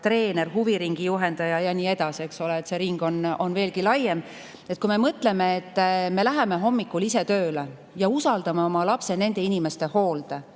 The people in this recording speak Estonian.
treener, huviringi juhendaja ja nii edasi, eks ole, see ring on veelgi laiem. Kui me mõtleme, et me läheme hommikul ise tööle ja usaldame oma lapse nende inimeste hoolde,